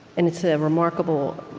and it's a remarkable,